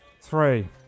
three